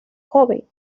joven